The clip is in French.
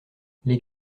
les